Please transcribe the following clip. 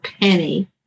penny